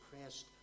pressed